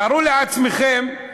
תארו לעצמכם,